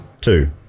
Two